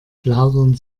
plaudern